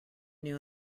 new